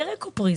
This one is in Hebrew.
ירק או פרי?